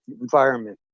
environment